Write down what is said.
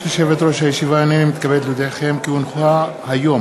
הצעת חוק